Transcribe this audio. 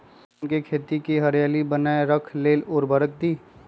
धान के खेती की हरियाली बनाय रख लेल उवर्रक दी?